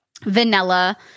vanilla